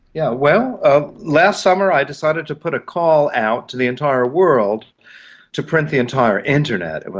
yeah, well, ah last summer i decided to put a call out to the entire world to print the entire internet.